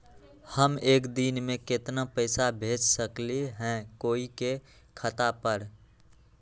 हम एक दिन में केतना पैसा भेज सकली ह कोई के खाता पर?